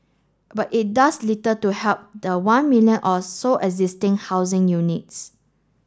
but it does little to help the one million or so existing housing units